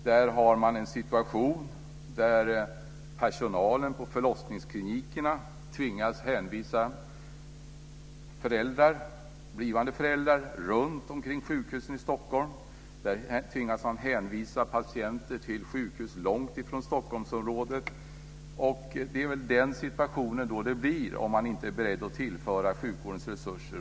Där har man en situation där personalen på förlossningsklinikerna tvingas hänvisa blivande föräldrar till sjukhus runtomkring i Stockholm. Man tvingas också hänvisa patienter till sjukhus långt ifrån Stockholmsområdet. Det är en sådan situation man får om man inte är beredd att tillföra sjukvården resurser.